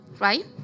right